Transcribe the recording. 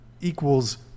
equals